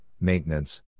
maintenance